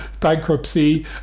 bankruptcy